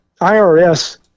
IRS